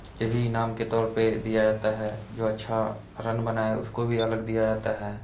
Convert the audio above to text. यह भी इनाम के तौर पर दिया जाता है जो अच्छा रन बनाए उसको भी अलग दिया जाता है